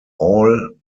all